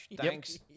Thanks